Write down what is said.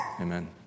Amen